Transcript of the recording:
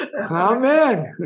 Amen